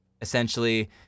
essentially